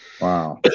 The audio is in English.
Wow